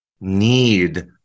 need